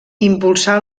impulsà